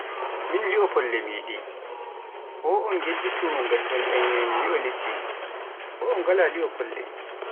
min li'o folle mi yiɗi o on yejjutu ngaddon ɗon yan li'o liɗɗi, ko on ngala li'o folle.